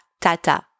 tata